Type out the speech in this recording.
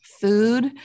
food